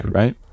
right